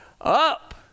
up